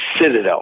Citadel